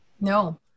No